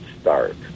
start